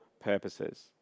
purposes